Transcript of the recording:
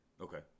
Okay